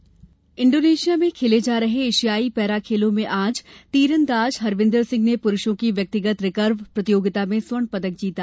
para एशियाई खेल Indonesia में चल रहे एशियाई पैरा खेलों में आज तीरंदाज हरविंदर सिंह ने पुरूषों की व्यक्तिगत रिकर्व प्रतियोगिता में स्वर्ण पदक जीता